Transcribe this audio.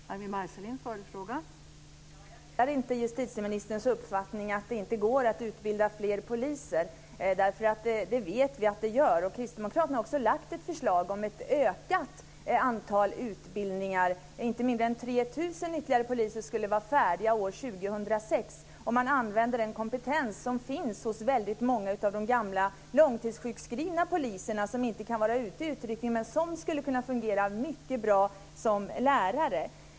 Fru talman! Jag delar inte justitieministerns uppfattning att det inte går att utbilda fler poliser. Det vet vi att det gör. Kristdemokraterna har också lagt fram ett förslag om ett ökat antal utbildningar. Inte mindre än 3 000 ytterligare poliser skulle vara färdiga år 2006 om man använde den kompetens som finns hos väldigt många av de gamla långtidssjukskrivna poliserna, som inte kan vara ute på utryckning, men som skulle kunna fungera mycket bra som lärare.